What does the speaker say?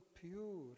pure